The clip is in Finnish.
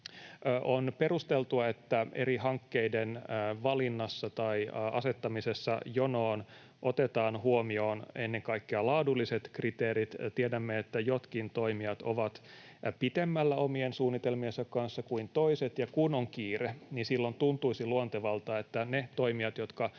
On perusteltua, että eri hankkeiden valinnassa tai asettamisessa jonoon otetaan huomioon ennen kaikkea laadulliset kriteerit. Tiedämme, että jotkin toimijat ovat pitemmällä omien suunnitelmiensa kanssa kuin toiset, ja kun on kiire, niin silloin tuntuisi luontevalta, että ne toimijat, jotka